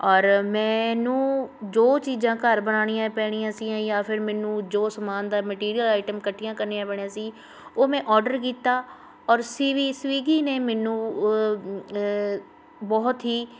ਔਰ ਮੈਨੂੰ ਜੋ ਚੀਜ਼ਾਂ ਘਰ ਬਣਾਉਣੀਆਂ ਪੈਣੀਆਂ ਸੀ ਜਾਂ ਜਾਂ ਫਿਰ ਮੈਨੂੰ ਜੋ ਸਮਾਨ ਦਾ ਮਟੀਰੀਅਲ ਆਈਟਮ ਇਕੱਠੀਆਂ ਕਰਨੀਆਂ ਪੈਣੀਆਂ ਸੀ ਉਹ ਮੈਂ ਔਡਰ ਕੀਤਾ ਔਰ ਸੀਵੀ ਸਵਿਗੀ ਨੇ ਮੈਨੂੰ ਬਹੁਤ ਹੀ